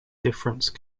difference